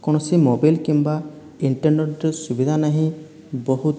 କୌଣସି ମୋବାଇଲ କିମ୍ବା ଇଣ୍ଟରନେଟ୍ର ସୁବିଧା ନାହିଁ ବହୁତ